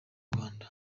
rwanda